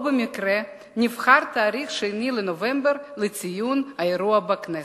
לא במקרה נבחר התאריך 2 בנובמבר לציון האירוע בכנסת.